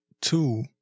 two